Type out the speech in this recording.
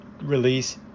release